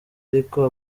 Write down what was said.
ariko